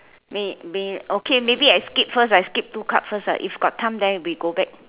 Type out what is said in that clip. may may okay maybe I skip first ah I skip two cards first if got time then we go back